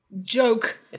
Joke